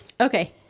okay